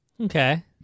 Okay